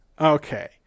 Okay